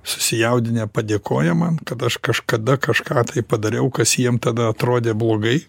susijaudinę padėkoja man kad aš kažkada kažką tai padariau kas jiem tada atrodė blogai